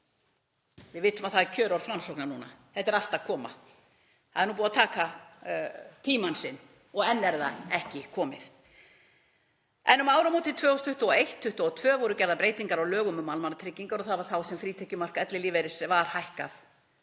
Við vitum að það er kjörorð Framsóknar núna: Þetta er allt að koma. Það hefur nú tekið tímann sinn og enn er það ekki komið. En um áramótin 2021–2022 voru gerðar breytingar á lögum um almannatryggingar og það var þá sem frítekjumark ellilífeyris var hækkað,